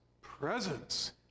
presence